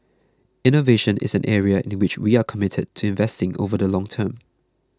innovation is an area in which we are committed to investing over the long term